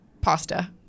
pasta